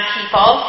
people